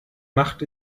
macht